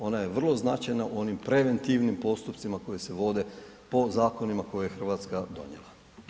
Ona je vrlo značajna u onim preventivnim postupcima koji se vode po zakonima koje je Hrvatska donijela.